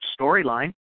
storyline